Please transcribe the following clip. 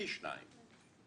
פי שניים.